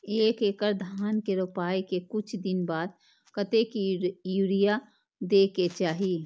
एक एकड़ धान के रोपाई के कुछ दिन बाद कतेक यूरिया दे के चाही?